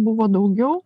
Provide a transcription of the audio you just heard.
buvo daugiau